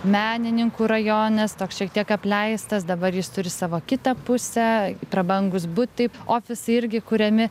menininkų rajonas toks šiek tiek apleistas dabar jis turi savo kitą pusę prabangūs butai ofisai irgi kuriami